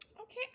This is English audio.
Okay